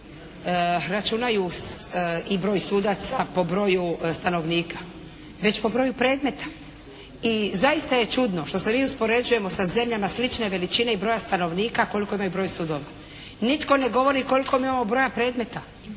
računaju i broj sudaca po broju stanovnika već po broju predmeta. I zaista je čudno što se mi uspoređujemo sa zemljama slične veličine i broja stanovnika koliko ima i broj sudova. Nitko ne govori koliko mi imamo broja predmeta.